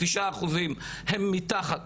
תשעה אחוזים הם מתחת